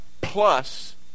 plus